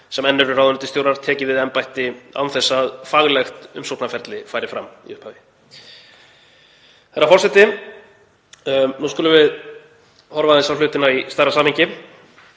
sem enn eru ráðuneytisstjórar tekið við embætti án þess að faglegt umsóknarferli færi fram í upphafi. Herra forseti. Nú skulum við horfa á hlutina í stærra samhengi.